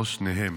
או שניהם.